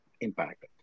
impact